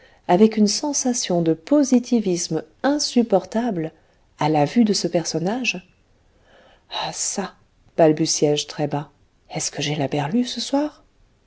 avec une sensation de positivisme insupportable à la vue de ce personnage ah çà balbutiai je très bas est-ce que j'ai la berlue ce soir